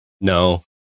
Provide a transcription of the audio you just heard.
No